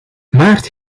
maart